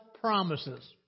promises